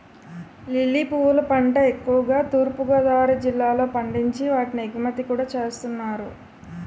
lily పువ్వుల పంట ఎక్కువుగా తూర్పు గోదావరి జిల్లాలో పండించి వాటిని ఎగుమతి కూడా చేస్తున్నారు